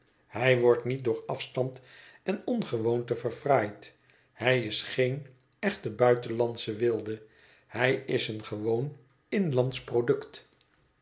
hij wordt niet door afstand en ongewoonte verfraaid hij is geen echte buitenlandsche wilde hij is een gewoon inlandsch product